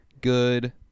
good